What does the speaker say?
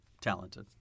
talented